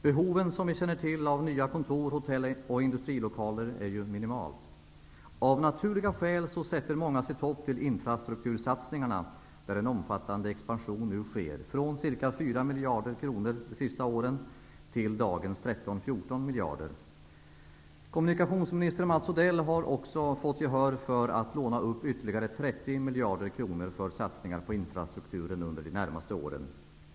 Behovet av nya kontor, hotell och industrilokaler är minimalt. Av naturliga skäl sätter många sitt hopp till infrastruktursatsningarna, där en omfattande expansion nu sker, från ca 4 miljarder kronor under de senaste åren till dagens 13--14 miljarder kronor. Kommunikationsminister Mats Odell har också fått gehör för att låna ytterligare 30 miljarder kronor för satsningar på infrastrukturen under de närmaste åren.